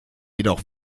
jedoch